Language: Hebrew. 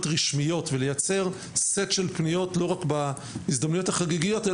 רשמיות ולייצר סט של פניות לא רק בהזדמנויות החגיגיות,